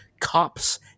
cops